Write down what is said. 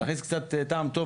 להכניס קצת טעם טוב